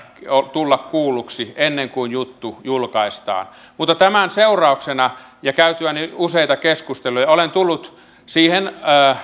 tulla kuulluksi ennen kuin juttu julkaistaan mutta tämän seurauksena ja käytyäni useita keskusteluja olen tullut siihen